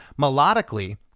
melodically